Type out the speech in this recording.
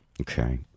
Okay